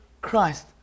Christ